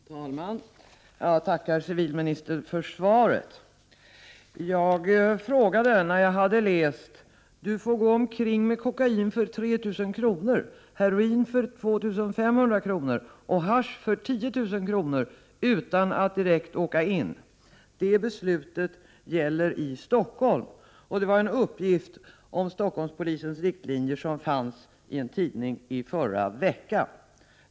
Herr talman! Jag tackar civilministern för svaret. Jag ställde frågan när jag ien tidning hade läst följande: ”Då får du gå omkring med kokain för 3 000 kronor, heroin för 2 500 kronor och hasch för 10 000 kronor utan att direkt åka in. Detta var en uppgift i en artikel om Stockholmspolisens riktlinjer som fanns i en tidning i förra veckan.